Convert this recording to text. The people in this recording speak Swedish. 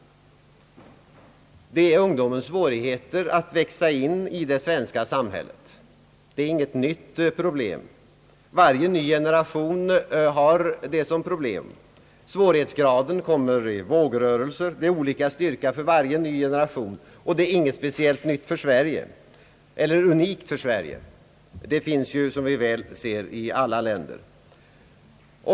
Det är ungdomens svårigheter att växa in i det svenska samhället. Det är inget nytt problem. Varje ny generation har detta problem. Svårighetsgraden varierar i styrka för varje ny generation. Det är inte något speciellt unikt för Sverige; det finns i alla länder.